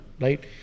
right